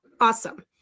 Awesome